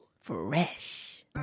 Fresh